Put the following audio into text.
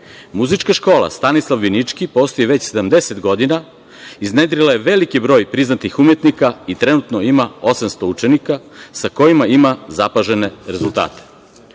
škola „Stanislav Binički“ postoji već 70 godina i iznedrila je veliki broj priznatih umetnika i trenutno ima 800 učenika sa kojima ima zapažene rezultate. Poštovani